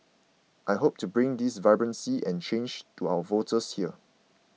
I hope to bring this vibrancy and change to our voters here